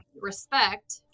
respect